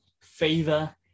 favor